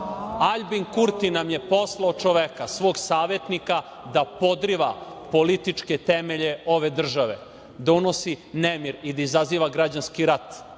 Aljbin Kurti nam je poslao čoveka, svog savetnika, da podriva političke temelje ove države, da unosi nemir i da izaziva građanski rat.